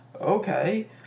Okay